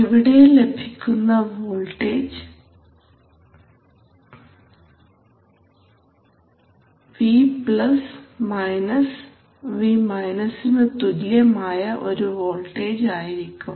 ഇവിടെ ലഭിക്കുന്ന voltage V V നു തുല്യമായ ഒരു കൂടിയ വോൾട്ടേജ് ആയിരിക്കും